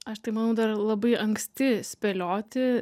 aš tai manau dar labai anksti spėlioti